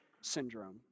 syndrome